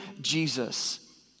Jesus